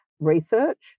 research